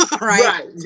Right